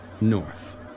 North